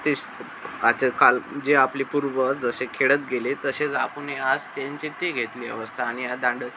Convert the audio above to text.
तेच आता काल जे आपले पूर्वज जसे खेळत गेले तसेच आपणही आज त्यांचे ते घेतले अवस्था आणि आज दांड